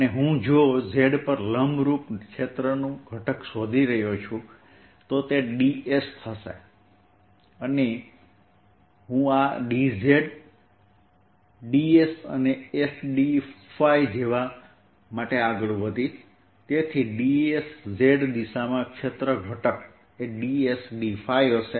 અને હું જો z પર લંબરૂપ ક્ષેત્રનું ઘટક શોધી રહ્યો છું તો તે dssds dϕ z થશે તે z દિશામાં છે